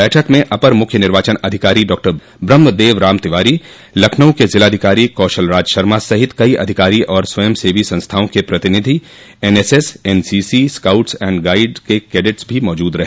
बैठक में अपर मुख्य निर्वाचन अधिकारी डॉ ब्रम्हदेव राम तिवारी लखनऊ के जिलाधिकारी कौशल राज शर्मा सहित कई अधिकारी और स्वयं सेवी संस्थाओं के प्रतिनिधि एनएसएस एनसीसी स्काउट्स एवं गाइड्स के कैडेट्स भी मौजूद रहे